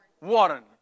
Warren